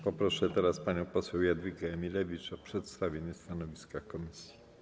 Proszę panią poseł Jadwigę Emilewicz o przedstawienie stanowiska komisji.